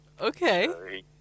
Okay